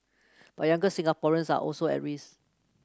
but younger Singaporeans are also at risk